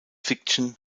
fiction